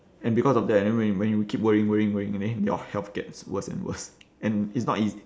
and because of that and then when you when you keep worrying worrying worrying and then your health gets worse and worse and it's not easy